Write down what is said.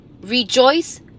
Rejoice